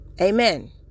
Amen